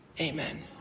Amen